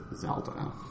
Zelda